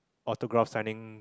autograph signing